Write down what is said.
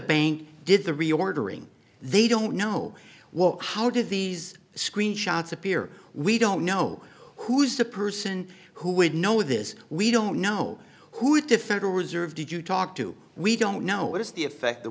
bank did the reordering they don't know what how did these screenshots appear we don't know who's the person who would know this we don't know who to federal reserve did you talk to we don't know what is the effect the